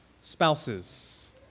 Spouses